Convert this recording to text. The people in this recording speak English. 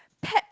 pet